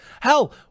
Hell